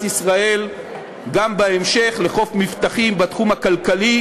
ישראל גם בהמשך לחוף מבטחים בתחום הכלכלי,